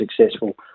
successful